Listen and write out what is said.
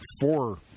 four